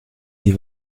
sie